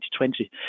2020